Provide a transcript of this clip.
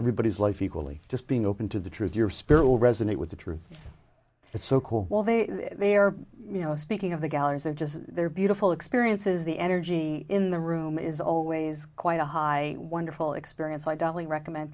everybody's life equally just being open to the truth your spirit will resonate with the truth it's so cool well they they are you know speaking of the galleries they're just they're beautiful experiences the energy in the room is always quite a high wonderful experience i dolly recommend